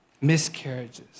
miscarriages